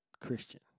Christian